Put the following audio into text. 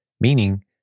meaning